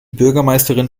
bürgermeisterin